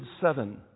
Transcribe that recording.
seven